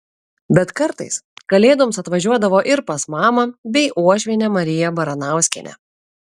bet kartais kalėdoms atvažiuodavo ir pas mamą bei uošvienę mariją baranauskienę